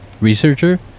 researcher